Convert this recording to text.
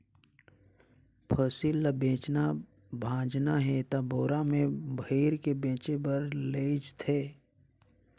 फसिल ल बेचना भाजना हे त बोरा में भइर के बेचें बर लेइज थें